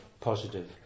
positive